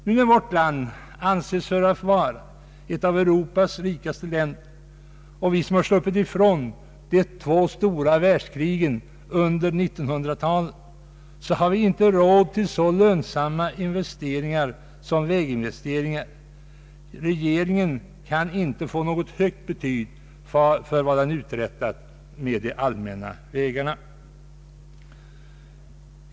Nu, när vårt land anses vara ett av Europas rikaste länder, som har sluppit ifrån de två stora världskrigen på 1900-talet, har vi inte råd till så lönsamma investeringar som väginvesteringar. Regeringen kan inte få något högt betyg för vad den uträttat med de allmänna vägarna.